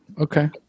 Okay